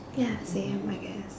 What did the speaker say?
ya same I guess